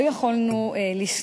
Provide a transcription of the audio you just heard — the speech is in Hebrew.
לא יכולנו לסטות.